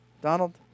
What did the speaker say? Donald